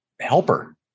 helper